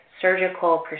surgical